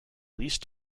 least